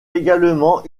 également